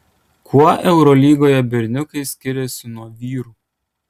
kuo eurolygoje berniukai skiriasi nuo vyrų